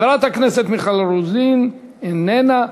חברת הכנסת מיכל רוזין, איננה.